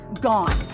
gone